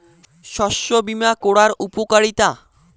শস্য বিমা করার উপকারীতা?